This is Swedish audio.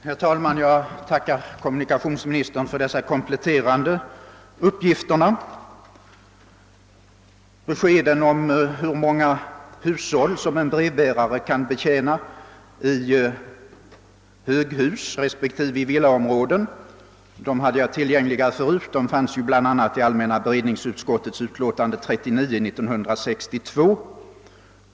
Herr talman! Jag tackar kommunikationsministern för dessa kompletterande uppgifter. Beskeden om hur många hushåll som en brevbärare kan betjäna i höghus respektive i villaområden hade jag tillgängliga förut — de fanns bl.a. i allmänna beredningsutskottets utlåtande nr 39 år 1962.